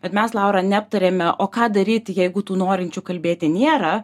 bet mes laura neaptarėme o ką daryti jeigu tų norinčių kalbėti nėra